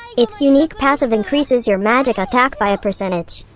its unique passive increases your magic attack by a percentage.